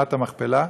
במערת המכפלה,